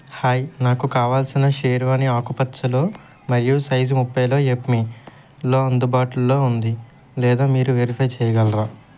hi నాకు కావలసిన షెర్వానీ ఆకుపచ్చలో మరియు సైజు ముప్పైలో యెప్మీలో అందుబాటులో ఉంది లేదా మీరు వెరిఫై చేయగలరా